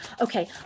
Okay